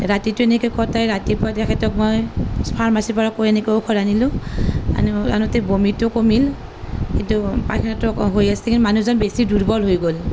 ৰাতিটো এনেকৈ কটাই ৰাতিপুৱা তেখেতক মই ফাৰ্মাচীৰ পৰা কৈ এনেকৈ ঔষধ আনিলোঁ আনোতে বমিটো কমিল কিন্তু পায়খানাটো হৈ আছিল মানুহজন বেছি দুৰ্বল হৈ গ'ল